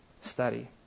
study